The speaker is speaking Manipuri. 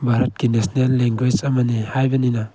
ꯚꯥꯔꯠꯀꯤ ꯅꯦꯁꯅꯦꯜ ꯂꯣꯡꯒ꯭ꯋꯦꯖ ꯑꯃꯅꯤ ꯍꯥꯏꯕꯅꯤꯅ